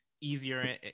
easier